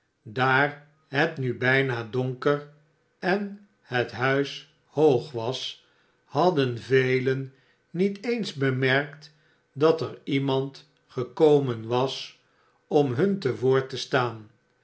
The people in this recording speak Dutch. daar het nu bijna donker en het huis hoog was hadden velen niet eens bemerkt dat er iemand gekomen was om hun te woord te staan